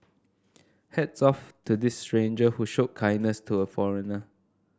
hats off to this stranger who showed kindness to a foreigner